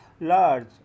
large